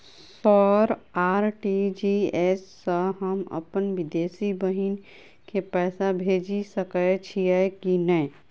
Sir RTGS सँ हम अप्पन विदेशी बहिन केँ पैसा भेजि सकै छियै की नै?